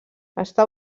està